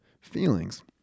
feelings